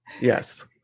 Yes